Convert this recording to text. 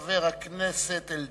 חבר הכנסת אלדד.